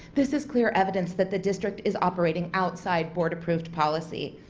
this is clear evidence that the district is operating outside board approved policy.